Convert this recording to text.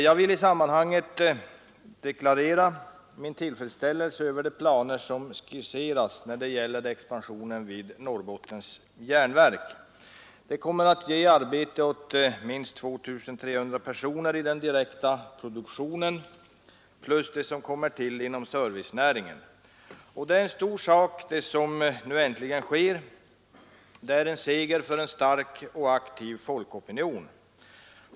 Jag vill i sammanhanget deklarera min tillfredsställelse över de planer som skisserats när det gäller expansionen vid Norrbottens Järnverk. Den kommer att ge arbete åt minst 2 300 personer i den direkta produktionen plus de arbetstillfällen som kommer till inom servicenäringarna. Det är en stor sak som nu äntligen sker, och det är en seger för en stark och aktiv folkopinion.